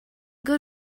good